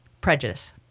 Prejudice